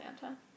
Santa